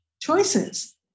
choices